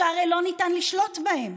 שהרי לא ניתן לשלוט בהם,